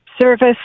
service